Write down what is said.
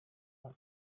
бас